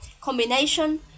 combination